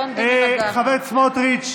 חבר הכנסת סמוטריץ'.